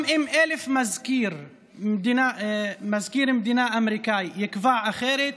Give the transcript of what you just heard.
גם אם אלף מזכירי מדינה אמריקניים יקבעו אחרת,